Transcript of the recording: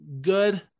good